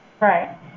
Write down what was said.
Right